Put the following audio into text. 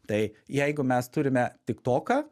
tai jeigu mes turime tiktoką